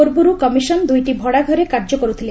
ପୂର୍ବରୁ କମିଶନ୍ ଦୁଇଟି ଭଡ଼ାଘରେ କାର୍ଯ୍ୟ କରୁଥିଲେ